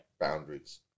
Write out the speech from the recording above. Boundaries